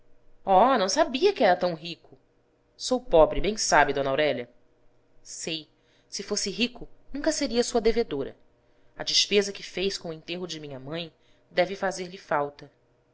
oh não sabia que era tão rico sou pobre bem sabe d aurélia sei se fosse rico nunca seria sua devedora a despesa que fez com o enterro de minha mãe deve fazer-lhe falta